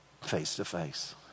face-to-face